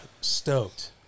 stoked